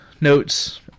notes